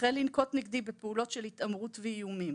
החל לנקוט נגדי בפעולות של היתמרות ואיומים.